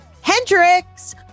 Hendrix